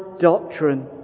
doctrine